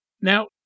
Now